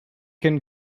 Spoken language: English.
can